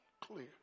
clear